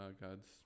God's